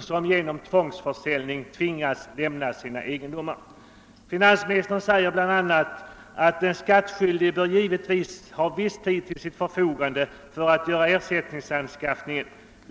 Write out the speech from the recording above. som genom tvångsförsäljning tvingas lämna sina egendomar. Finansministern uttalar bl.a. följande: »Den skattskyldige bör givetvis ha viss tid till sitt förfogande för att göra ersättningsanskaffningen.